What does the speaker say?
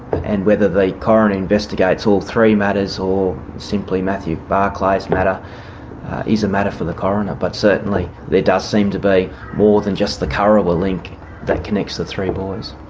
and whether the coroner investigates all three matters or simply matthew barclay's matter is a matter for the coroner, but certainly there does seem to be more than just the kurrawa link that connects the three boys.